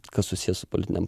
kas susiję su politinėm